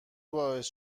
باعث